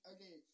Okay